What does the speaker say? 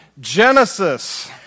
Genesis